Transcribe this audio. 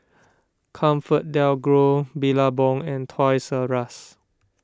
ComfortDelGro Billabong and Toys R Us